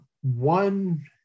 One